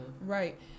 right